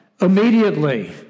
immediately